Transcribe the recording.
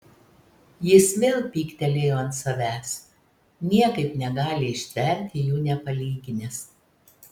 jis vėl pyktelėjo ant savęs niekaip negali ištverti jų nepalyginęs